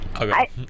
Okay